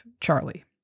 Charlie